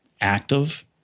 active